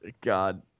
God